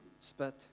spit